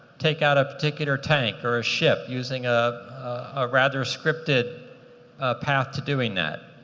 take out a particular tank or a ship using ah a rather scripted path to doing that.